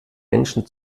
menschen